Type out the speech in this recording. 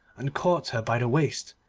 and caught her by the waist,